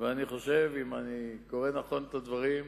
ואני חושב, אם אני קורא נכון את הדברים,